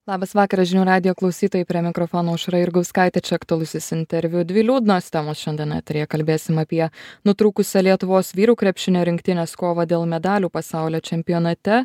labas vakaras žinių radijo klausytojai prie mikrofono aušra jurgauskaitė čia aktualusis interviu dvi liūdnos temos šiandien eteryje kalbėsim apie nutrūkusią lietuvos vyrų krepšinio rinktinės kovą dėl medalių pasaulio čempionate